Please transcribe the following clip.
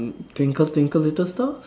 twinkle twinkle little stars